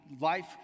life